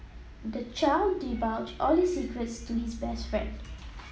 the child divulged all his secrets to his best friend